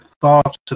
thoughts